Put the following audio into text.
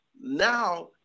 now